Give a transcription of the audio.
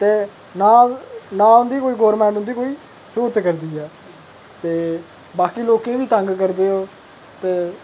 ते नां उंदी गौरमैंट उंदी कोई स्हूरत करदी ऐ ते बाकी लोकें ई बी तंग करदे ओह् ते